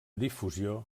difusió